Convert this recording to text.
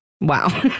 Wow